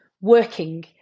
working